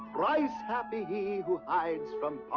thrice happy he who hides from